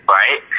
right